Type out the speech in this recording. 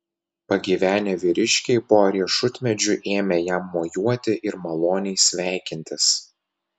pagyvenę vyriškiai po riešutmedžiu ėmė jam mojuoti ir maloniai sveikintis